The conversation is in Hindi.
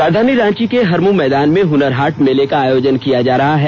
राजधानी रांची के हरमू मैदान में हुनरहाट मेले का आयोजन किया जा रहा है